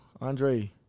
Andre